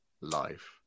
life